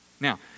Now